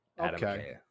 Okay